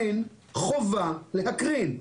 אין חובה להקרין.